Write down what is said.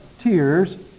tears